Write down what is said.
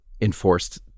enforced